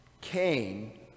Cain